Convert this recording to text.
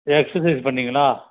exercise பண்ணிங்களா